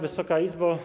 Wysoka Izbo!